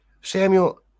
Samuel